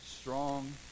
strong